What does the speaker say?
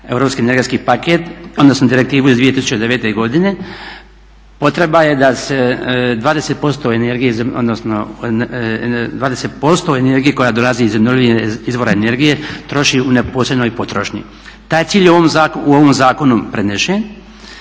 Europski energetski paket odnosno iz direktivu iz 2009.godine potrebno je da se 20% energije koja dolazi iz obnovljivih izvora energije troši u neposrednoj potrošnji. Taj cilj je u ovom zakonu prenesen